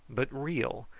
but real,